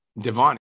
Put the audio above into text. Devon